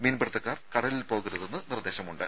മീൻപിടുത്തക്കാർ കടലിൽ പോകരുതെന്ന് നിർദ്ദേശമുണ്ട്